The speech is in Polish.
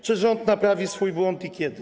Czy rząd naprawi swój błąd i kiedy?